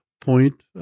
point